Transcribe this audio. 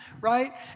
right